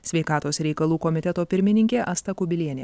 sveikatos reikalų komiteto pirmininkė asta kubilienė